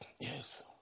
Yes